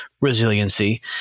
resiliency